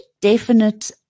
definite –